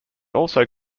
also